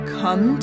come